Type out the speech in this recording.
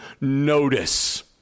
notice